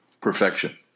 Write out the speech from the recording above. Perfection